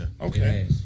Okay